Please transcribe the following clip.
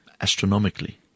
astronomically